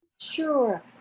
Sure